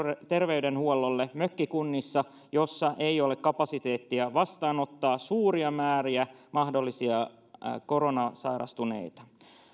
terveydenhuollolle mökkikunnissa joissa ei ole kapasiteettia vastaanottaa suuria määriä mahdollisia koronaan sairastuneita